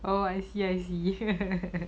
oh I see I see